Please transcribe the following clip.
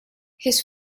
his